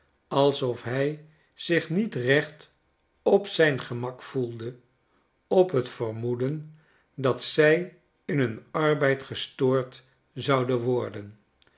alsof hij zich niet recht op zijn gemak voelde op t vermoeden dat zij in hun arbeid gestoord zouden worden